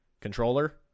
controller